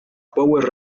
power